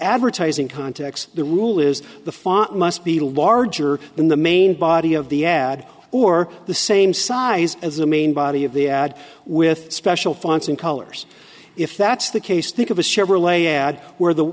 advertising context the rule is the font must be larger than the main body of the ad or the same size as the main body of the ad with special fonts and colors if that's the case think of a chevrolet ad where the